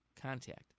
Contact